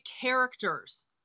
characters